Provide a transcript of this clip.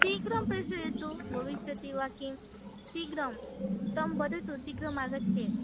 शीघ्रं प्रेषयतु भविष्यति वा किं शीघ्रं तं वदतु शीघ्रम् आगच्छेत्